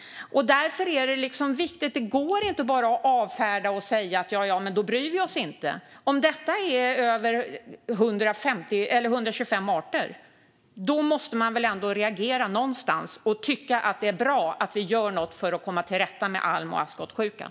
Därför går det inte att bara att avfärda och säga att vi inte bryr oss. Om det är över 125 arter måste man väl ändå reagera någonstans och tycka att det är bra att vi gör något för att komma till rätta med alm och askskottsjukan.